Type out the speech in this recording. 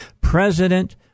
President